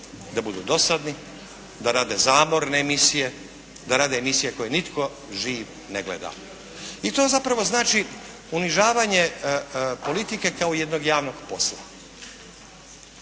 da budu dosadni, da rade zamorne emisije, da rade emisije koje nitko živ ne gleda. I to zapravo znači ponižavanje politike kao jednog javnog posla.